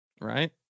Right